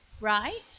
Right